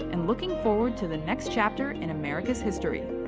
and looking forward to the next chapter in america's history.